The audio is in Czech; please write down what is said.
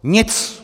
Nic!